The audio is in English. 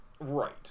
Right